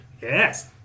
yes